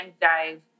Dive